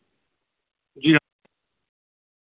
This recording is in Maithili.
एक हज़ार हमेशा राखय परतै हमरा